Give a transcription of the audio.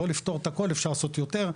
לא לפתור את הכול, אפשר לעשות יותר.